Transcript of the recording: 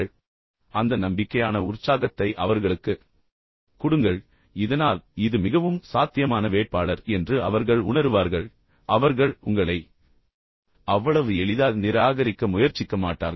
எனவே அந்த நம்பிக்கையான உற்சாகத்தை அவர்களுக்குக் கொடுங்கள் இதனால் இது மிகவும் சாத்தியமான வேட்பாளர் என்று அவர்கள் உணருவார்கள் மேலும் அவர்கள் உங்களை அவ்வளவு எளிதாக நிராகரிக்க முயற்சிக்க மாட்டார்கள்